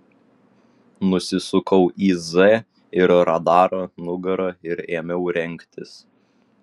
nusisukau į z ir radarą nugara ir ėmiau rengtis